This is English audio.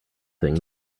thing